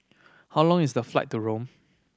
how long is the flight to Rome